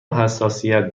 حساسیت